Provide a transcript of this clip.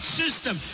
system